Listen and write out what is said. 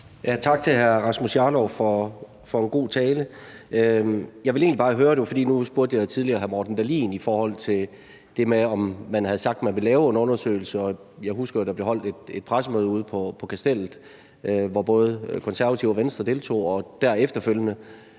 Tak til hr. Rasmus Jarlov for en god tale. Jeg ville egentlig bare høre om noget, for nu spurgte jeg tidligere hr. Morten Dahlin i forhold til det med, om man havde sagt, at man ville lave en undersøgelse. Jeg husker, at der blev holdt et pressemøde ude på Kastellet, hvor både Konservative og Venstre deltog, og efterfølgende